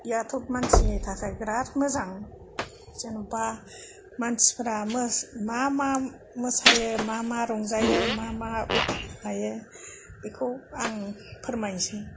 याथ' मानसिनि थाखाय बेराद मोजां जेनबा मानसिफ्रा मा मा मोसायो मा मा रंजायो मा मा मायो बेखौ आं फोरमायसै